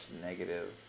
negative